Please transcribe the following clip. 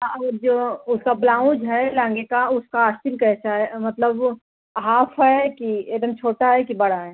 हाँ वो जो उसका ब्लाउज है लहंगे का उसका अस्त्र कैसा है मतलब हाफ है कि एकदम छोटा है कि बड़ा है